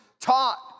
taught